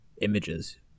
images